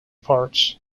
parts